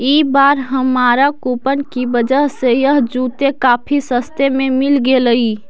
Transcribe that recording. ई बार हमारा कूपन की वजह से यह जूते काफी सस्ते में मिल गेलइ